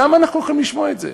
כמה אנחנו יכולים לשמוע את זה?